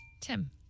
Tim